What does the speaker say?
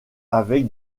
avec